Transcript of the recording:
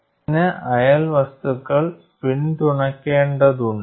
ഇതിന് അയൽ വസ്തുക്കൾ പിന്തുണയ്ക്കേണ്ടതുണ്ട്